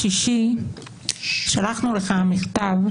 שלחנו לך מכתב,